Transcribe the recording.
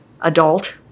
adult